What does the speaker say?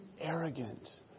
arrogant